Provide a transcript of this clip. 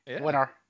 winner